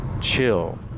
chill